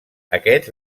aquests